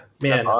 man